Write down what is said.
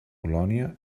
polònia